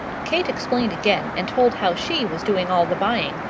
kate explained again and told how she was doing all the buying,